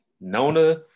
Nona